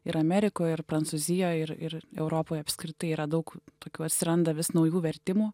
ir amerikoj ir prancūzijoj ir ir europoj apskritai yra daug tokių atsiranda vis naujų vertimų